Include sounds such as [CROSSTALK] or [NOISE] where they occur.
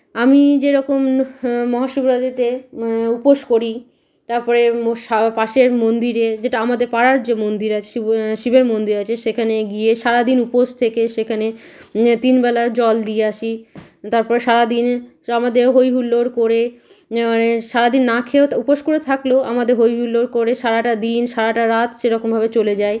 আমি যেরকম মহাশিবরাত্রিতে উপোস করি তারপরে [UNINTELLIGIBLE] পাশের মন্দিরে যেটা আমাদের পাড়ার যে মন্দির আছে শিব শিবের মন্দির আছে সেখানে গিয়ে সারা দিন উপোস থেকে সেখানে তিনবেলা জল দিয়ে আসি তারপর সারা দিন সে আমাদের হই হুল্লোড় করে মানে সারা দিন না খেয়েও তো উপোস করে থাকলেও আমাদের হই হুল্লোড় করে সারাটা দিন সারাটা রাত সেরকমভাবে চলে যায়